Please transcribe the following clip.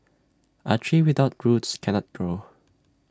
A tree without roots cannot grow